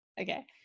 Okay